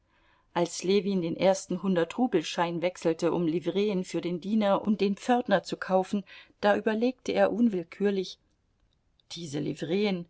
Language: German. als ljewin den ersten hundertrubelschein wechselte um livreen für den diener und den pförtner zu kaufen da überlegte er unwillkürlich diese